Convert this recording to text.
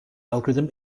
algorithm